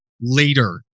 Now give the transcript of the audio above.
later